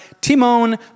Timon